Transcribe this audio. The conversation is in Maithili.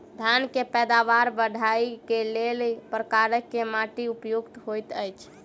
धान केँ पैदावार बढ़बई केँ लेल केँ प्रकार केँ माटि उपयुक्त होइत अछि?